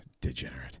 degenerate